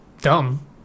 Dumb